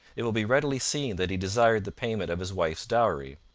it will be readily seen that he desired the payment of his wife's dowry.